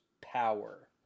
power